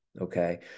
okay